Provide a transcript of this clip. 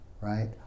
right